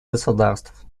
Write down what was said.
государств